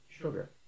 Sugar